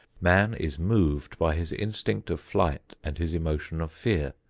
man is moved by his instinct of flight and his emotion of fear,